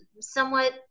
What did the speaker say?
somewhat